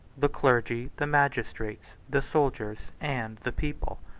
the clergy, the magistrates, the soldiers, and the people.